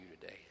today